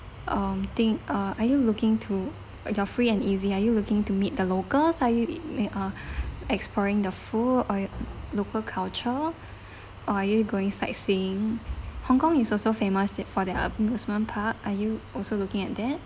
um thing uh are you looking to your free and easy are you looking to meet the locals are you may uh exploring the food or local culture or are you going sightseeing hong kong is also famous for their amusement park are you also looking at that